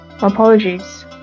Apologies